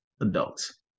adults